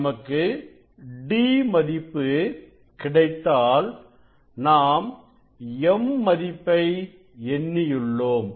நமக்கு d மதிப்பு கிடைத்தால் நாம் m மதிப்பை எண்ணியுள்ளோம்